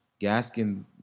Gaskin